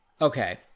Okay